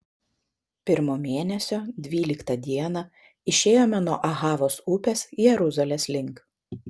pirmo mėnesio dvyliktą dieną išėjome nuo ahavos upės jeruzalės link